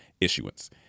issuance